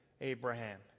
Abraham